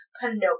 Pinocchio